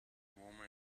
warmer